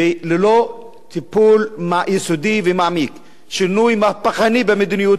וללא טיפול יסודי ומעמיק, שינוי מהפכני במדיניות,